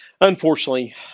unfortunately